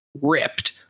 ripped